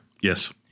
Yes